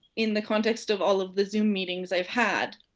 in the context of all of the zoom meetings i've had.